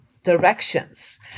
directions